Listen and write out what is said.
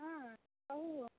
हँ कहू